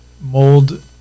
Mold